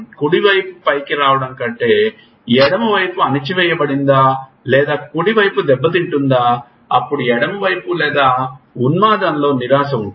కుడి వైపు పైకి రావడం కంటే ఎడమ వైపు అణచివేయబడిందా లేదా కుడి వైపు దెబ్బతింటుందా అప్పుడు ఎడమ వైపు లేదా ఉన్మాదంలో నిరాశ ఉంటుంది